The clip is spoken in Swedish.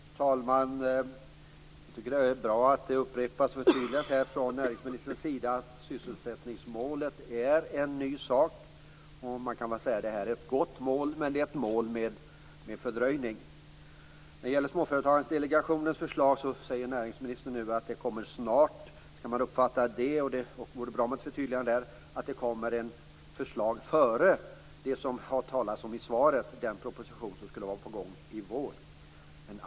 Fru talman! Jag tycker att det är väldigt bra att det upprepas och förtydligas från näringsministerns sida att sysselsättningsmålet är en ny sak. Man kan väl säga att det här är ett gott mål, men det är ett mål med fördröjning. Näringsministern säger nu att Småföretagsdelegationens förslag snart kommer. Det vore bra med ett förtydligande här. Skall man uppfatta det som att det kommer ett förslag före den proposition som är på gång i vår som det talas om i svaret?